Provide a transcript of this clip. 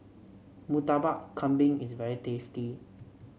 Murtabak Kambing is very tasty